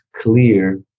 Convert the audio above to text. clear